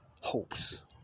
hopes